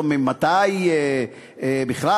בכלל,